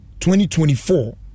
2024